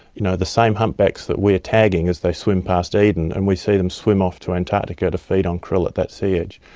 you know the same humpbacks that we are tagging as they swim past eden and and we see them swim off to antarctica to feed on krill at that sea edge,